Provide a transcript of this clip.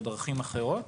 או שמא דרכים אחרות?